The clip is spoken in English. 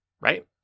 right